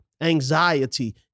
anxiety